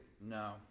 No